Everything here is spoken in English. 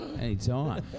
Anytime